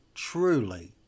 truly